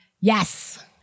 Yes